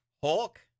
Hulk